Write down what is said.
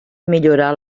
millorar